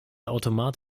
automat